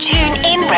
TuneIn